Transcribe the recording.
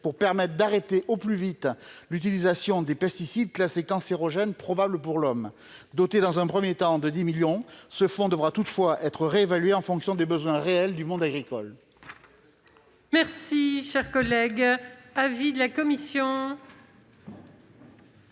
pérenne afin de cesser au plus vite l'utilisation de pesticides classés cancérogènes probables pour l'homme. Doté dans un premier temps de 10 millions d'euros, ce fonds devra être réévalué en fonction des besoins réels du monde agricole. Quel est l'avis de la commission ?